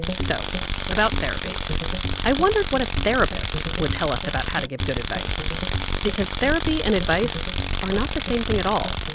so about therapy i wondered what a therapist would tell us about how to give good advice because therapy and advice are not the same thing at all.